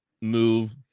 move